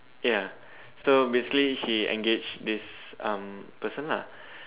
ya so basically she engage this um person lah